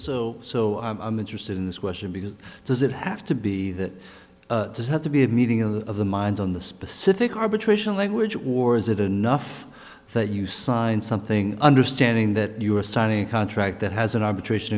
be so so i'm interested in this question because does it have to be that this had to be a meeting of the minds on the specific arbitration language war is it enough that you sign something understanding that you are signing a contract that has an arbitration